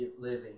living